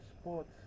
sports